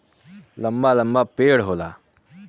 लंबा लंबा पेड़ होला